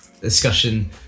discussion